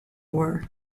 war